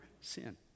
sin